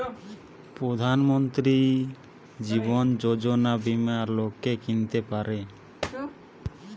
প্রধান মন্ত্রী জীবন যোজনা বীমা লোক কিনতে পারে